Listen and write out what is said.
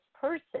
person